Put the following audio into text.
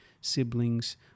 siblings